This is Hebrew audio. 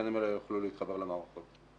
השחקנים האלה יוכלו להתחבר למערכות.